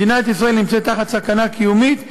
מדינת ישראל נמצאת בסכנה קיומית,